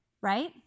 right